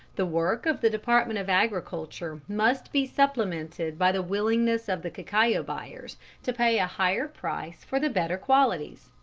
the work of the department of agriculture must be supplemented by the willingness of the cacao buyers to pay a higher price for the better qualities.